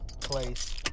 place